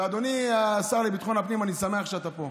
אבל אדוני השר לביטחון הפנים, אני שמח שאתה פה,